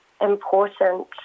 important